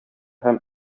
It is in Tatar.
һәм